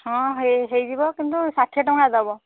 ହଁ ହେଇଯିବ କିନ୍ତୁ ଷାଠିଏ ଟଙ୍କା ଦେବ